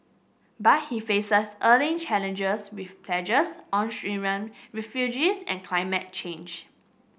but he faces early challenges with pledges on Syrian refugees and climate change